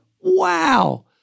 Wow